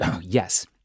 yes